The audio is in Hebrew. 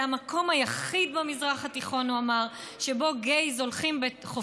ראש הממשלה בנימין נתניהו, בנאום שלו בפתח